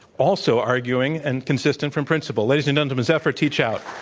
also arguing and consistent from principle, ladies and gentlemen, zephyr teachout.